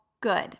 good